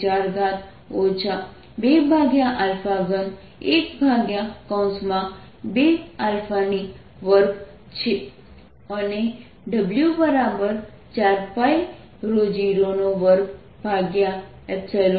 અને W4π02025 125 685 125 મારો જવાબ હશે